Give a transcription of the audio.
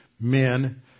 men